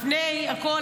לפני הכול,